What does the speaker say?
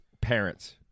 parents